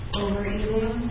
overeating